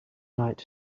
night